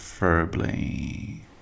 Preferably